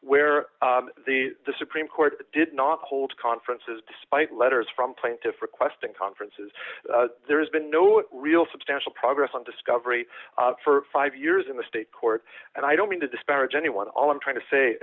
where the supreme court did not hold conferences despite letters from plaintiffs requesting conferences there has been no real substantial progress on discovery for five years in the state court and i don't mean to disparage anyone all i'm trying to say